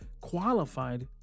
qualified